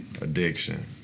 Addiction